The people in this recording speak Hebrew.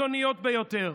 הקיצוניות ביותר.